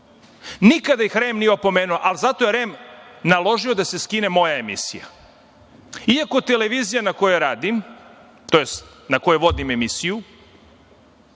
Nikada ih REM nije opomenuo, ali zato je REM naložio da se skine moja emisije, iako televizija na kojoj radim, tj. na kojoj vodim emisiju,